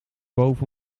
boven